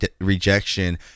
rejection